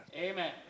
Amen